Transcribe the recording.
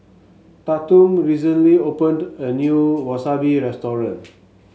Tatum recently opened a new Wasabi restaurant